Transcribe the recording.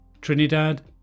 Trinidad